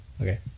Okay